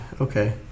Okay